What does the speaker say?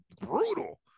brutal